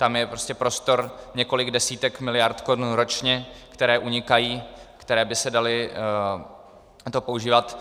Tam je prostor několik desítek miliard korun ročně, které unikají, které by se daly používat.